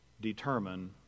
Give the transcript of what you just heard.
determine